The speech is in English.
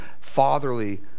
fatherly